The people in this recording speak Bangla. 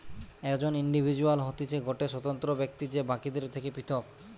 একজন ইন্ডিভিজুয়াল হতিছে গটে স্বতন্ত্র ব্যক্তি যে বাকিদের থেকে পৃথক